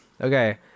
Okay